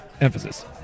emphasis